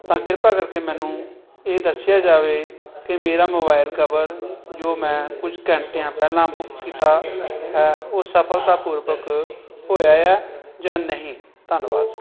ਤਾਂ ਕਿਰਪਾ ਕਰਕੇ ਮੈਨੂੰ ਇਹ ਦੱਸਿਆ ਜਾਵੇ ਕੇ ਮੇਰਾ ਮੋਬੈਲ ਕਵਰ ਜੋ ਮੈਂ ਕੁਝ ਘੰਟਿਆਂ ਪਹਿਲਾਂ ਬੁੱਕ ਕੀਤਾ ਹੈ ਉਹ ਸਫਲਤਾਪੂਰਵਕ ਹੋਇਆ ਹੈ ਜਾਂ ਨਹੀਂ ਧੰਨਵਾਦ